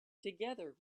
together